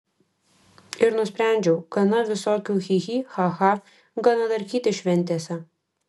ir nusprendžiau gana visokių chi chi cha cha gana darkytis šventėse